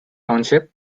township